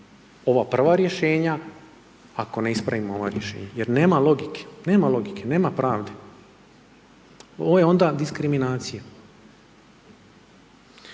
ova prva rješenja, ako ne ispravimo ova rješenja. Jer nema logike, nema logike, nema prave. Ovo je onda diskriminacije.